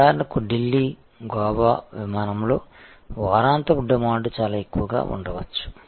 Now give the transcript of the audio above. ఉదాహరణకు ఢిల్లీ గోవా విమానంలో వారాంతపు డిమాండ్ చాలా ఎక్కువగా ఉండవచ్చు